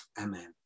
Amen